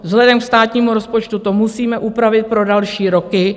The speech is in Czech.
Vzhledem ke státnímu rozpočtu to musíme upravit pro další roky.